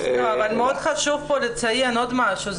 אבל מאד חשוב לציין עוד משהו.